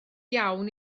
iawn